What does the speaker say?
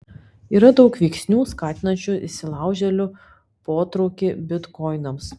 yra daug veiksnių skatinančių įsilaužėlių potraukį bitkoinams